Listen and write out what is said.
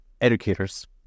educators